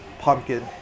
pumpkin